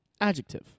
Adjective